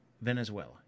Venezuela